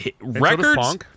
Records